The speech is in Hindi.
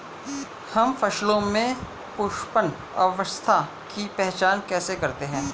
हम फसलों में पुष्पन अवस्था की पहचान कैसे करते हैं?